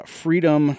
freedom